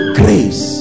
grace